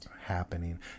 happening